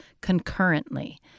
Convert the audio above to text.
concurrently